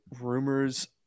rumors